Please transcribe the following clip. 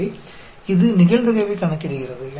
எனவே இது நிகழ்தகவைக் கணக்கிடுகிறது